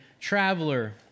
traveler